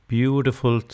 Beautiful